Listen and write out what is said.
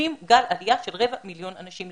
צופים גל עלייה של רבע מיליון אנשים,